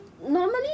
Normally